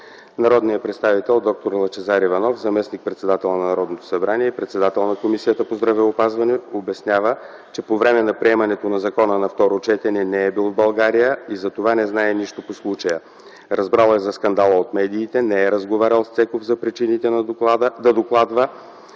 Народният представител д-р Лъчезар Иванов – заместник председател на Народното събрание и председател на Комисията по здравеопазване, обяснява, че по време на приемането на закона на второ четене не е бил в България и затова не знае нищо по случая. Разбрал е за скандала от медиите, не е разговарял с Цеков за причините да докладва